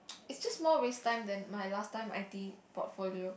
it's just more waste time than my last time i_t portfolio